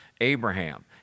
Abraham